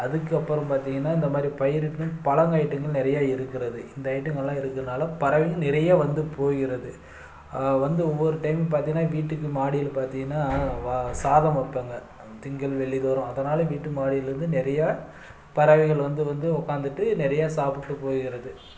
அதுக்கு அப்புறம் பார்த்திங்கன்னா இந்தமாதிரி பயிர்கள் பழம் ஐட்டங்கள் நிறைய இருக்கிறது இந்த ஐட்டங்கள்லாம் இருக்கிறதுனால பறவைகள் நிறைய வந்து போகிறது வந்து ஒவ்வொரு டைம் பார்த்திங்கன்னா வீட்டுக்கு மாடியில் பார்த்திங்கன்னா சாதம் வைப்பாங்க திங்கள் வெள்ளி தோறும் அதனால் வீட்டு மாடிலேருந்து நிறைய பறவைகள் வந்து வந்து உக்கார்ந்துட்டு நிறைய சாப்பிட்டுட்டு போகிறது